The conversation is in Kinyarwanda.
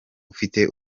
ufite